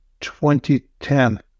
2010